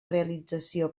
realització